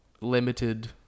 limited